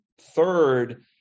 Third